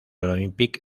olympique